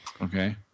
Okay